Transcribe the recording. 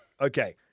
Okay